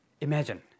Imagine